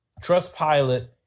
Trustpilot